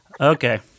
okay